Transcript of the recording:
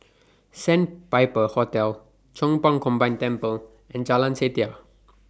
Sandpiper Hotel Chong Pang Combined Temple and Jalan Setia